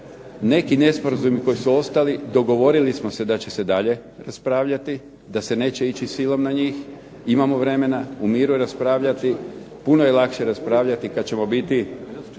Neki nesporazumi koji su ostali dogovorili smo se da će se dalje raspravljati, da se neće ići silom na njih. Imamo vremena u miru raspravljati. Puno je lakše raspravljati kad ćemo biti